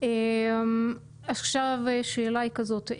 עכשיו השאלה היא כזאת,